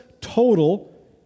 total